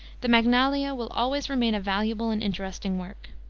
the magnalia will always remain a valuable and interesting work.